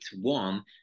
one